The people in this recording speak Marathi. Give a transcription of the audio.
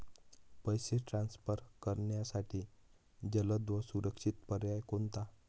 पैसे ट्रान्सफर करण्यासाठी जलद व सुरक्षित पर्याय कोणता?